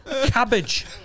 cabbage